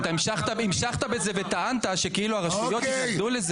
אתה המשכת בזה וטענת שכאילו הרשויות התנגדו לזה.